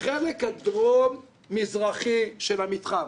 בחלק הדרום מזרחי של המתחם.